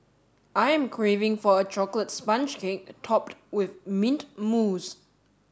I am craving for a chocolate sponge cake topped with mint mousse